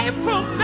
April